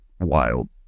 wild